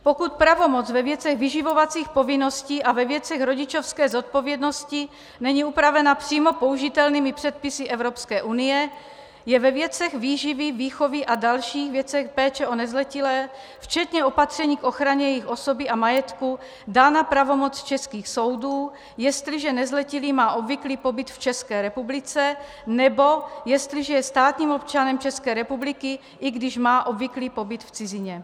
Pokud pravomoc ve věcech vyživovacích povinností a ve věcech rodičovské zodpovědnosti není upravena přímo použitelnými předpisy Evropské unie, je ve věcech výživy, výchovy a dalších věcech péče o nezletilé, včetně opatření k ochraně jejich osoby a majetku, dána pravomoc českých soudů, jestliže nezletilý má obvyklý pobyt v České republice nebo jestliže je státním občanem České republiky, i když má obvyklý pobyt v cizině.